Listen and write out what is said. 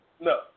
No